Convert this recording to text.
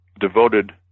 devoted